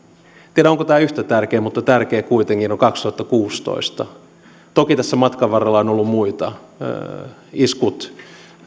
tiedä onko tämä yhtä tärkeä mutta tärkeä kuitenkin on kaksituhattakuusitoista toki tässä matkan varrella on ollut muita iskut